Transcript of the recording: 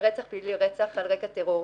רצח על רקע פלילי לבין רצח על רקע טרור.